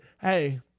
hey